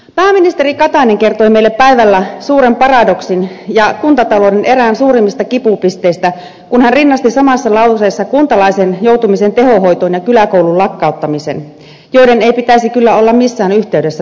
pääministeri katainen kertoi meille päivällä suuren paradoksin ja kuntatalouden erään suurimmista kipupisteistä kun hän rinnasti samassa lauseessa kuntalaisen joutumisen tehohoitoon ja kyläkoulun lakkauttamisen joiden ei pitäisi kyllä olla missään yhteydessä toisiinsa